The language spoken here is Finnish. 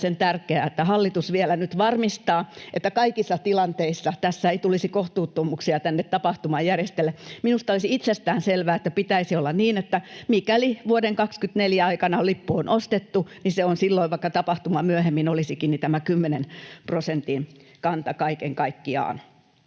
tärkeää, että hallitus vielä nyt varmistaa, että kaikissa tilanteissa tässä ei tulisi kohtuuttomuuksia tänne tapahtumajärjestäjille. Minusta olisi itsestään selvää, että pitäisi olla niin, että mikäli vuoden 24 aikana lippu on ostettu, niin se on silloin tämä 10 prosentin kanta kaiken kaikkiaan,